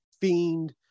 Fiend